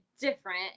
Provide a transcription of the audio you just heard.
different